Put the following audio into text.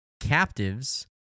captives